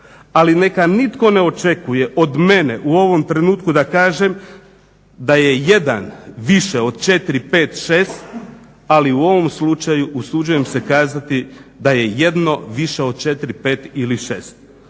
Ali neka nitko ne očekuje od mene u ovom trenutku da kažem da 1 više od 4,5,6 ali u ovom slučaju usuđujem se kazati da je jedno više od 4,5 ili 6.